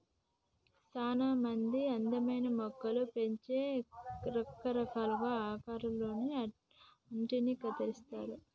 సానా మంది అందమైన మొక్కలు పెంచి రకరకాలుగా ఆకారాలలో ఆటిని కత్తిరిస్తారు